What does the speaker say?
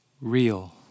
real